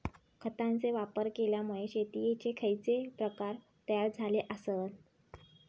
खतांचे वापर केल्यामुळे शेतीयेचे खैचे प्रकार तयार झाले आसत?